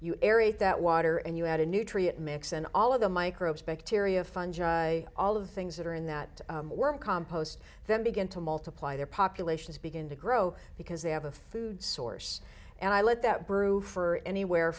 you carry that water and you had a nutrient mix and all of the microbes bacteria fungi all of the things that are in that compost then begin to multiply their populations begin to grow because they have a food source and i let that brew for anywhere